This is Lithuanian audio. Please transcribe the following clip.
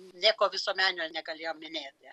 nieko visuomeninio negalėjom minėti